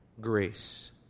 grace